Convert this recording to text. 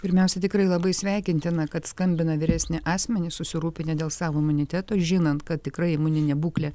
pirmiausia tikrai labai sveikintina kad skambina vyresni asmenys susirūpinę dėl savo imuniteto žinant kad tikrai imuninė būklė